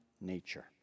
nature